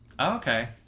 okay